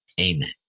Amen